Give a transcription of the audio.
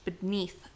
beneath